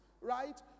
right